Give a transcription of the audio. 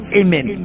amen